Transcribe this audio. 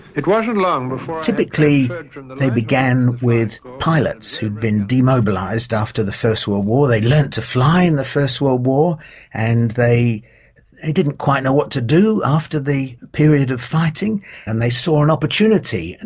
it wasn't long before. typically they began with pilots who'd been demobilised after the first world war. they learned to fly in the first world war and they they didn't quite know what to do after the period of fighting and they saw an opportunity, and